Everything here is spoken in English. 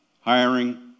hiring